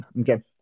okay